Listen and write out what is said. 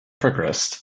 progressed